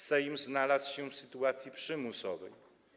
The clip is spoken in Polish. Sejm znalazł się w sytuacji przymusowej.